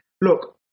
look